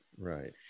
right